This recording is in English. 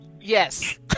yes